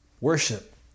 worship